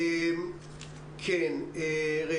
פחות או יותר.